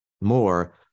more